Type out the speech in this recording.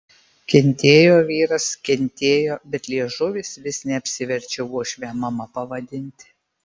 kentėjo vyras kentėjo bet liežuvis vis neapsiverčia uošvę mama pavadinti